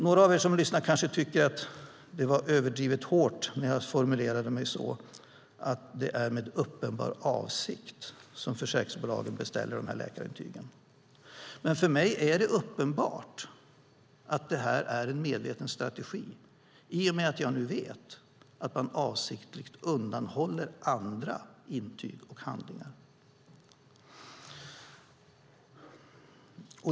Några av er som lyssnar kanske tycker att jag var överdrivet hård när jag sade att det är med uppenbar avsikt som försäkringsbolagen beställer dessa läkarintyg. För mig är det uppenbart att det är en medveten strategi i och med att jag nu vet att man avsiktligt undanhåller andra intyg och handlingar.